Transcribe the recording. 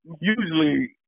usually